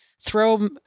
throw